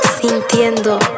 Sintiendo